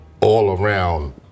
all-around